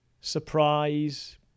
surprise